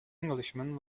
englishman